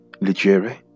Legere